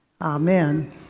Amen